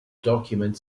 document